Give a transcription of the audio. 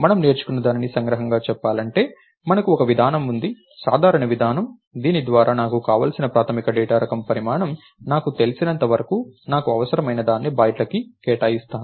మనం నేర్చుకున్నదానిని సంగ్రహంగా చెప్పాలంటే మనకు ఒక విధానం ఉంది సాధారణ విధానం దీని ద్వారా నాకు కావలసిన ప్రాథమిక డేటా రకం పరిమాణం నాకు తెలిసినంత వరకు నాకు అవసరమైనన్ని బైట్లను కేటాయిస్తాను